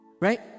right